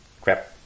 crap